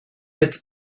its